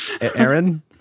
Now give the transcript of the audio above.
Aaron